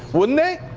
wouldn't they?